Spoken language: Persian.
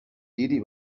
دیدی